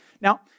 Now